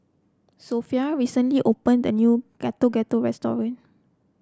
Sophronia recently opened a new Getuk Getuk restaurant